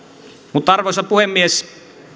arvoisa puhemies